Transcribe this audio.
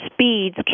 speeds